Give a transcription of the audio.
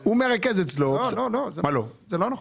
הוא מרכז אצלו --- לא, לא, לא, זה לא נכון.